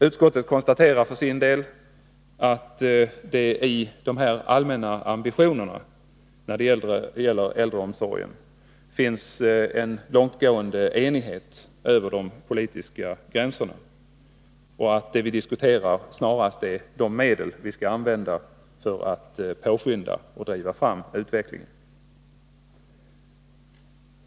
Utskottet konstaterar att det i fråga om de allmänna ambitionerna när det gäller äldreomsorgen finns en långtgående enighet, över de politiska gränserna. Vad diskussionen gäller är snarast de medel som vi skall använda för att påskynda och driva på utvecklingen.